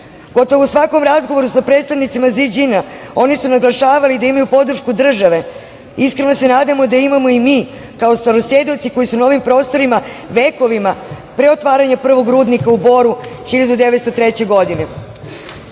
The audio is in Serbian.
Gotovo u svakom razgovoru sa predstavnicima Ziđinga, oni su naglašavali da imaju podršku države, iskreno se nadamo da imamo i mi, kao starosedeoci koji su na ovim prostorima vekovima, pre otvaranja prvog rudnika u Boru 1903. godine. Kada